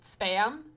spam